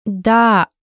Da